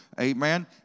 Amen